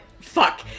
fuck